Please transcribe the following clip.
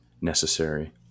necessary